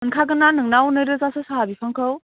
मोनखागोन ना नोंनाव नैरोजासो साहा बिफांखौ